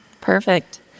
Perfect